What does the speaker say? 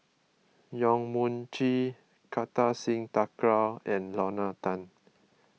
Yong Mun Chee Kartar Singh Thakral and Lorna Tan